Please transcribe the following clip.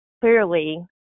clearly